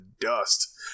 dust